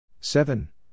seven